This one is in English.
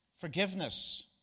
forgiveness